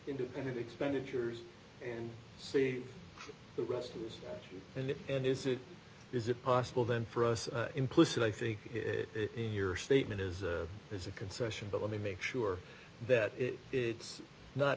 independent expenditures and see the rest of us in it and is it is it possible then for us implicit i think it in your statement is as a concession but let me make sure that it's not